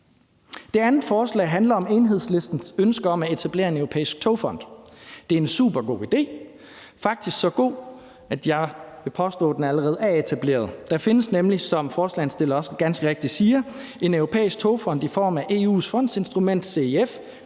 Det andet forslag handler om Enhedslistens ønske om at etablere en europæisk togfond. Det er en supergod idé. Den er faktisk så god, at jeg vil påstå, at den allerede er etableret. Der findes nemlig, som forslagsstillerne ganske rigtigt også siger, en europæisk togfond i form af EU's fondsinstrument CEF,